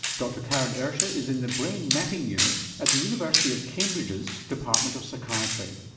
dr karen ersche ah is in the brain mapping unit at the university of cambridge's department of psychiatry.